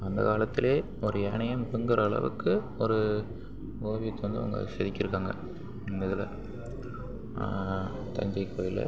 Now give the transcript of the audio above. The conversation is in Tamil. அந்த காலத்தில் ஒரு யானையை விழுங்கற அளவுக்கு ஒரு ஓவியத்தை வந்து அவங்க செதுக்கிருக்காங்க இந்த இதில் தஞ்சை கோயில்